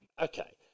Okay